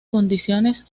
condiciones